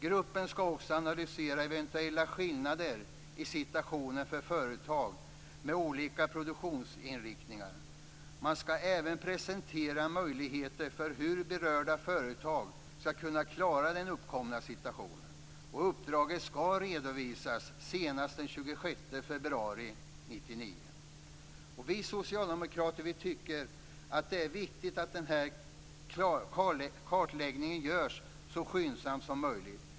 Gruppen skall också analysera eventuella skillnader vad gäller situationen för företag med olika produktionsinriktningar. Man skall även presentera möjligheter för berörda företag att klara den uppkomna situationen. Uppdraget skall redovisas senast den 26 februari 1999. Vi socialdemokrater tycker att det är viktigt att denna kartläggning görs så skyndsamt som möjligt.